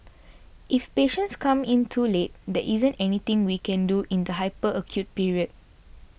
if patients come in too late there isn't anything we can do in the hyper acute period